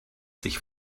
sich